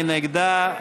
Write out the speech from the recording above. מי נגדה?